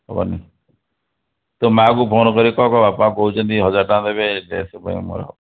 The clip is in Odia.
ହେବନି ତୋ ମା'କୁ ଫୋନ୍ କରିକି କୁହ କୁହ ବାପା କହୁଛନ୍ତି ହଜାର ଟଙ୍କା ଦେବେ ଡ୍ରେସ୍ ପାଇଁ ମୋର